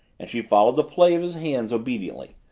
and she followed the play of his hands obediently,